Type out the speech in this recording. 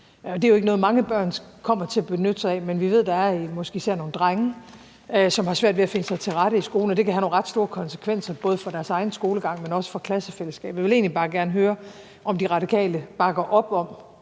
Det er jo ikke noget, mange børn kommer til at benytte sig af, men vi ved, at der måske især er nogle drenge, som har svært ved at finde sig til rette i skolen, og det kan have nogle ret store konsekvenser, både for deres egen skolegang, men også for klassefællesskabet. Jeg vil egentlig bare gerne høre, om De Radikale bakker op om